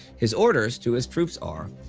his orders to his troops are,